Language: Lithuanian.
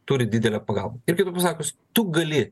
turi didelę pagalbą kaip kaip ir pasakius tu gali